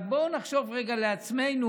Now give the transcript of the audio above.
אבל בואו נחשוב רגע לעצמנו: